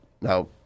now